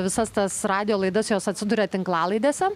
visas tas radijo laidas jos atsiduria tinklalaidėse